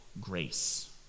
grace